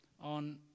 on